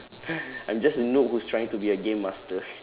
I'm just a noob who's trying to be a game master